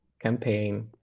campaign